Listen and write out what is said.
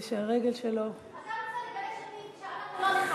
אתה רוצה לגרש אותי ושאנחנו לא נכעס,